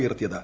ഉയർത്തിയത്